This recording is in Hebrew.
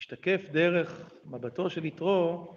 משתקף דרך מבטו של יתרו.